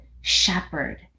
shepherd